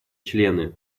члены